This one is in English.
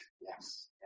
yes